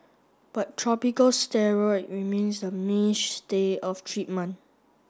but tropical steroid remains the mainstay of treatment